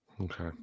okay